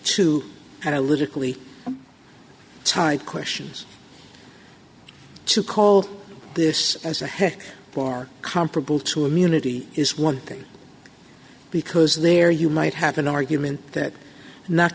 two and a little tied questions to call this as a head for comparable to immunity is one thing because there you might have an argument that not